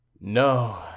No